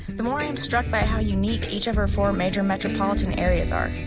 the more i'm struck by how unique each of our four major metropolitan areas are.